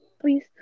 please